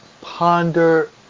ponder